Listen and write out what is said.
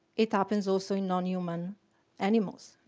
it happens also in non-human animals,